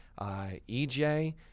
EJ